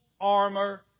armor